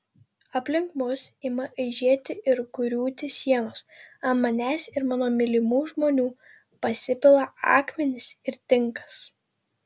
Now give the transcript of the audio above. aplink mus ima aižėti ir griūti sienos ant manęs ir mano mylimų žmonių pasipila akmenys ir tinkas